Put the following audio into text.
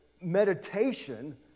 meditation